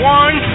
one